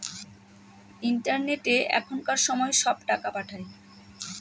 ইন্টারনেটে এখনকার সময় সব টাকা পাঠায়